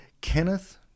Kenneth